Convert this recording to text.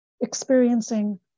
experiencing